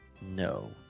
No